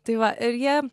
tai va ir jie